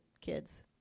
kids